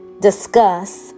discuss